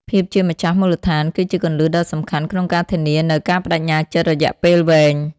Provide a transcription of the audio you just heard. ភាពជាម្ចាស់មូលដ្ឋាន គឺជាគន្លឹះដ៏សំខាន់ក្នុងការធានានូវការប្ដេជ្ញាចិត្តរយៈពេលវែង។